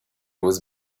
was